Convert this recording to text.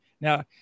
Now